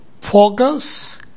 focus